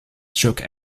stroke